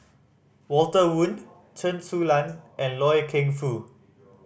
Walter Woon Chen Su Lan and Loy Keng Foo